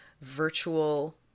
virtual